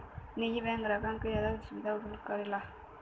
निजी बैंक ग्राहकन के जादा सुविधा उपलब्ध करावलन